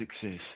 success